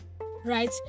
right